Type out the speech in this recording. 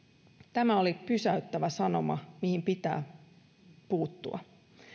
tämä oli pysäyttävä sanoma mihin pitää puuttua